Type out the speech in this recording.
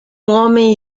homem